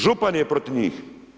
Župan je protiv njih.